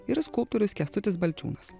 ir skulptorius kęstutis balčiūnas